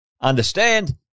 understand